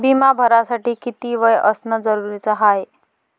बिमा भरासाठी किती वय असनं जरुरीच हाय?